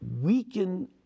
WEAKEN